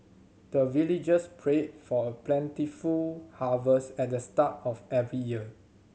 the villagers pray for plentiful harvest at the start of every year